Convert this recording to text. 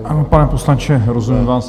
Ano, pane poslanče, rozumím vám.